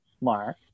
Mark